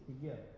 together